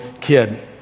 kid